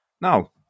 Now